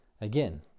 again